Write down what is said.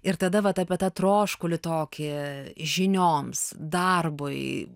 ir tada vat apie tą troškulį tokį žinioms darbui